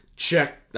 check